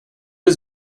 was